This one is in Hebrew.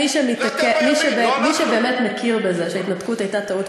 מי שבאמת מכיר בזה שההתנתקות הייתה טעות,